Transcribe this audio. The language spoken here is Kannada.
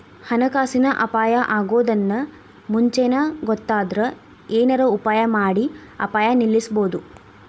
ಹಣಕಾಸಿನ್ ಅಪಾಯಾ ಅಗೊದನ್ನ ಮುಂಚೇನ ಗೊತ್ತಾದ್ರ ಏನರ ಉಪಾಯಮಾಡಿ ಅಪಾಯ ನಿಲ್ಲಸ್ಬೊದು